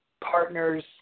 partners